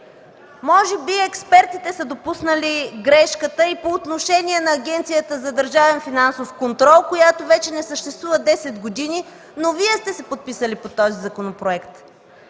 Може би експертите са допуснали грешката и по отношение на Агенцията за държавен финансов контрол, която вече не съществува десет години, но Вие сте се подписали под този законопроект.